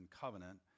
covenant